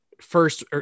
first